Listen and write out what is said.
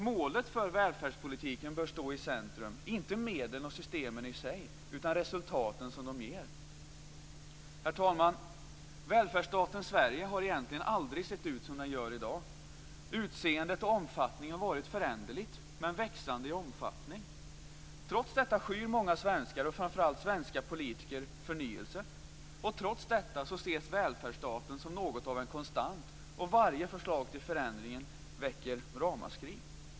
Målet för välfärdspolitiken bör stå i centrum, inte medlen och systemen i sig utan de resultat som de ger. Herr talman! Välfärdsstaten Sverige har egentligen aldrig sett ut som den gör i dag. Utseendet och omfattningen har varit föränderliga men växande i omfattning. Trots detta skyr många svenskar, framför allt svenska politiker, förnyelser. Trots detta ses välfärdsstaten som något av en konstant. Varje förslag till förändring väcker ramaskri.